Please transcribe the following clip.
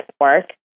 work